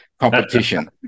Competition